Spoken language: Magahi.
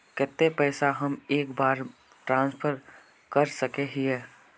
केते पैसा हम एक बार ट्रांसफर कर सके हीये?